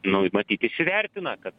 nu matyt įsivertina kad